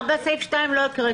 עמוד 4, סעיף (2) לא הקראת.